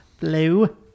Blue